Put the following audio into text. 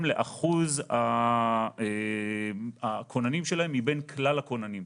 לאחוז הכוננים שלהם מבין כלל הכוננים.